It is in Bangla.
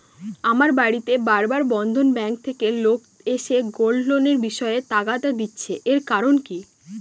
আমার বাড়িতে বার বার বন্ধন ব্যাংক থেকে লোক এসে গোল্ড লোনের বিষয়ে তাগাদা দিচ্ছে এর কারণ কি?